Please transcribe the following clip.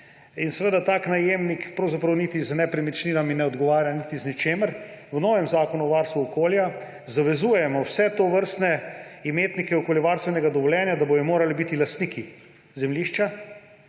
In seveda tak najemnik pravzaprav niti z nepremičninami ne odgovarja niti z ničimer. V novem zakonu o varstvu okolja zavezujemo vse tovrstne imetnike okoljevarstvenega dovoljenja, da bodo morali biti lastniki zemljišča,